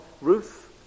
Ruth